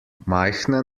majhne